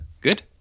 good